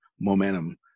momentum